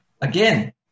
again